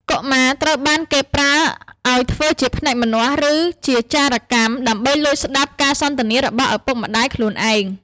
កុមារត្រូវបានគេប្រើឱ្យធ្វើជាភ្នែកម្នាស់ ឬជាចារកម្ម ដើម្បីលួចស្ដាប់ការសន្ទនារបស់ឪពុកម្ដាយខ្លួនឯង។